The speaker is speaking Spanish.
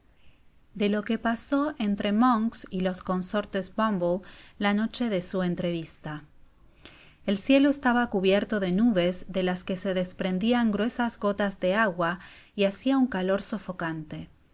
bb lo qub pasó enthk monks y los consortes bumble la noche de so entrevista l cielo estaba cubierto de nubes de las que se desprendian gruesas gotas de agua y hacia un calor sofocante